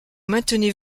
maintenez